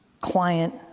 client